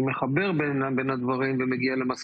נעבור להצבעה בקריאה השלישית על הצעת